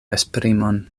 esprimon